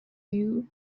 you